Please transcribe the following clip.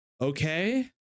Okay